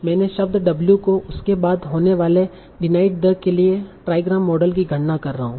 मैं शब्द w को उसके बाद होने वाले डिनाइड द के लिए ट्राईग्राम मॉडल की गणना कर रहा हूं